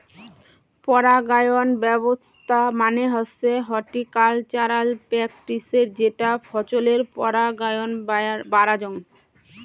পরাগায়ন ব্যবছস্থা মানে হসে হর্টিকালচারাল প্র্যাকটিসের যেটা ফছলের পরাগায়ন বাড়াযঙ